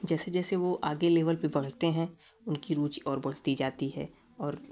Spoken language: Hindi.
जैसे जैसे वो आगे लेवल पे बढ़ते हैं उनकी रुचि और बढ़ती जाती है और